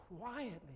quietly